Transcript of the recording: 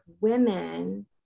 women